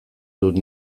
dut